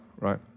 right